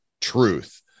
truth